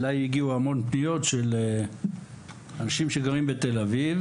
הגיעו אליי המון פניות של אנשים שגרים בתל אביב